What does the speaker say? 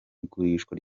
igurishwa